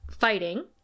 fighting